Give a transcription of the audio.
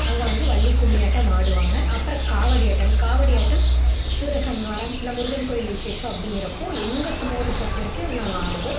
அங்கே வந்து வள்ளி கும்மி ஆட்டம் ஆடுவாங்க அப்புறம் காவடி ஆட்டம் காவடி ஆட்டம் சூரசம்காரம் இல்லை முருகன் கோவில் விஷேசம் அப்படிங்கறப்போ எங்கள் சமூகத்தை பொறுத்த வரைக்கும் நாங்கள் ஆடுவோம்